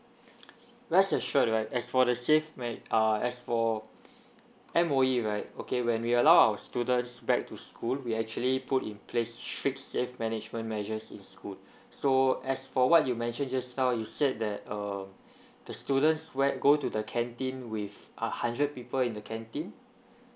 let's assured right as for the safe mea~ uh as for M_O_E right okay when we allow our students back to school we actually put in place fix save management measures in school so as for what you mention just now you said that uh the students where go to the canteen with a hundred people in the canteen